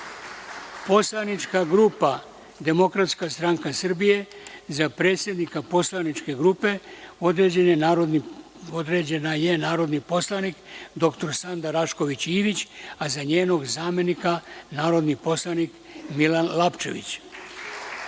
Poslanička grupa Demokratska stranka Srbije – za predsednika poslaničke grupe određena je narodni poslanik dr Sanda Rašković Ivić, a za njenog zamenika narodni poslanik Milan Lapčević;